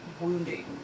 wounding